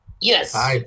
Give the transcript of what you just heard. Yes